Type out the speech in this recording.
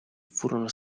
furono